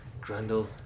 Grundle